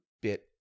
bit